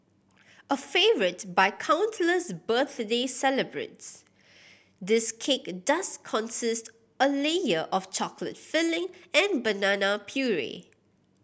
a favourite by countless birthday celebrants this cake does consist a layer of chocolate filling and banana puree